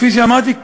כפי שאמרתי,